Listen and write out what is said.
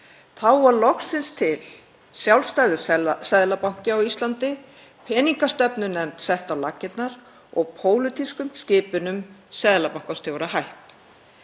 Þá varð loksins til sjálfstæður seðlabanki á Íslandi, peningastefnunefnd sett á laggirnar og pólitískum skipunum seðlabankastjóra hætt.